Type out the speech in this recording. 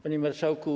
Panie Marszałku!